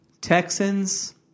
Texans